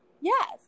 Yes